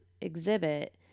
exhibit